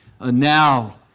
now